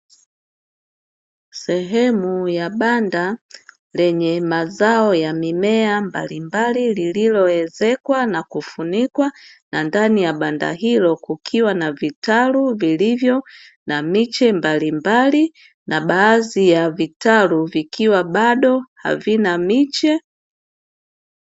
Sehemu ya banda lenye mazao ya mimea mbalimbali, lililowezekwa na kufunikwa na ndani ya banda hilo kukiwa na vitalu vilivyo na miche mbalimbali na baadhi ya vitalu vikiwa bado havina miche.